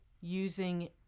using